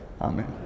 Amen